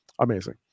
amazing